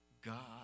God